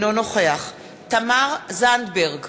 אינו נוכח תמר זנדברג,